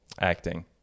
acting